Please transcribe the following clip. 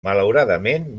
malauradament